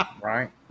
right